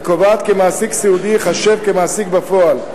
וקובעת כי מעסיק סיעודי ייחשב למעסיק בפועל.